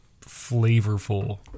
flavorful